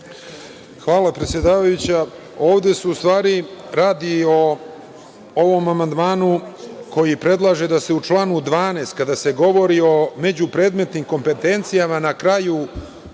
Hvala predsedavajuća. Ovde se u stvari radi o ovom amandmanu koji predlaže da se u članu 12, kada se govori o međupredmetnim kompetencijama na kraju